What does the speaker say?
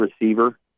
receiver –